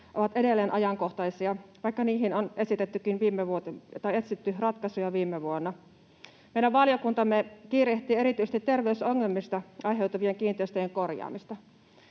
ovat edelleen ajankohtaisia, vaikka niihin on etsitty ratkaisuja viime vuonna. Meidän valiokuntamme kiirehtii erityisesti terveysongelmia aiheuttavien kiinteistöjen korjaamista.